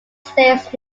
stays